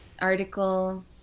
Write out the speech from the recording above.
article